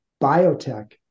biotech